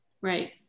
right